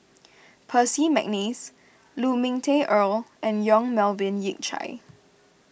Percy McNeice Lu Ming Teh Earl and Yong Melvin Yik Chye